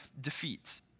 defeat